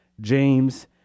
James